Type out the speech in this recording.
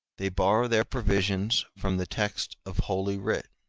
they borrow their provisions from the text of holy writ.